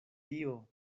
tio